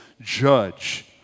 judge